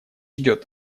идет